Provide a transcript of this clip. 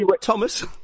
Thomas